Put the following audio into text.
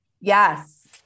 yes